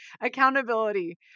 accountability